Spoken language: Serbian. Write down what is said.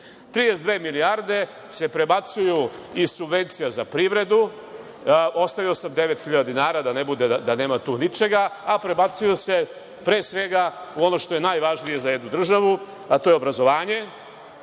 dve milijarde se prebacuju iz subvencija za privredu, ostavio sam 9.000 dinara da ne bude da nema tu ničega, a prebacuju se, pre svega, u ono što je najvažnije za jednu državu, a to je obrazovanje,